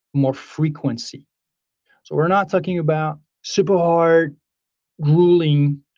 more frequency. so we're not talking about super hard grueling